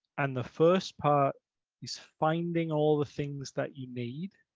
and the first part is finding all the things that you need